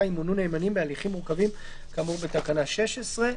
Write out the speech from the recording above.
ימונו נאמנים בהליכים מורכבים כאמור בתקנה 16,